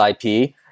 IP